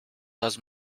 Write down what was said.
does